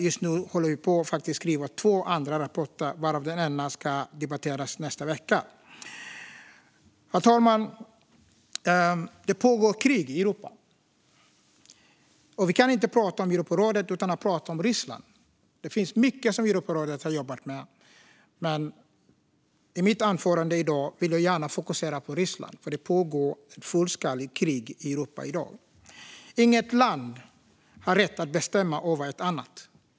Just nu skriver vi på två andra rapporter, varav den ena ska debatteras nästa vecka. Herr talman! Det pågår ett fullskaligt krig i Europa, och vi kan inte prata om Europarådet utan att prata om Ryssland. Europarådet har jobbat med mycket, men i mitt anförande kommer jag att fokusera på Ryssland. Inget land har rätt att bestämma över ett annat.